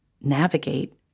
navigate